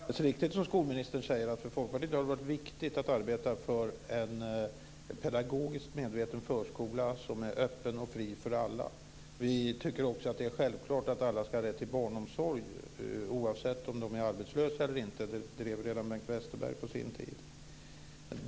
Fru talman! Det är alldeles riktigt som skolministern säger att för Folkpartiet har det varit viktigt att arbeta för en pedagogiskt medveten förskola som är öppen och fri för alla. Vi tycker också att det är självklart att alla ska ha rätt till barnomsorg, oavsett om föräldrarna är arbetslösa eller inte. Det drev redan Bengt Westerberg på sin tid.